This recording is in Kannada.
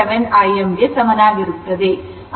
637Im ಗೆ ಸಮಾನವಾಗಿರುತ್ತದೆ